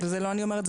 וזה לא אני אומרת,